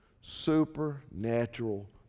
Supernatural